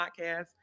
podcast